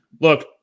Look